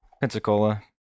Pensacola